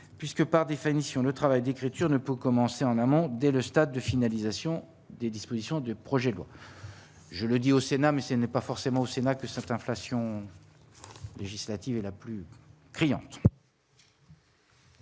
puisque par des fans, ici on ne travail d'écriture ne peut commencer en amont, dès le stade de finalisation des dispositions du projet de l'eau. Je le dis au Sénat mais c'est n'est pas forcément au Sénat que cette inflation législative et la plus.